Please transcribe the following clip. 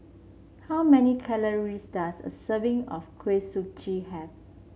how many calories does a serving of Kuih Suji have